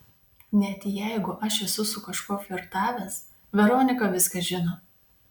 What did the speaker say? net jeigu aš esu su kažkuo flirtavęs veronika viską žino